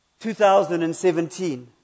2017